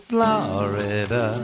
Florida